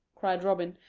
cried robin,